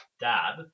dad